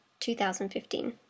2015